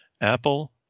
Apple